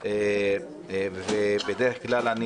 אם